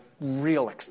real